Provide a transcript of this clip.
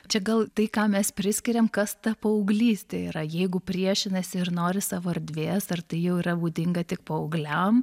čia gal tai ką mes priskiriam kas ta paauglystė yra jeigu priešinasi ir nori savo erdvės ar tai jau yra būdinga tik paaugliam